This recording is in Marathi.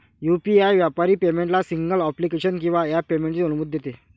यू.पी.आई व्यापारी पेमेंटला सिंगल ॲप्लिकेशन किंवा ॲप पेमेंटची अनुमती देते